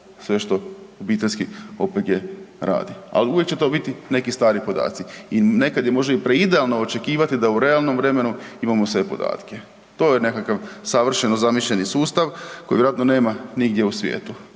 sve što obiteljski OPG radi, al uvijek će to biti neki stari podaci. I nekad je možda i preidealno očekivati da u realnom vremenu imamo sve podatke. To je nekakav savršeno zamišljeni sustav koji vjerojatno nema nigdje u svijetu,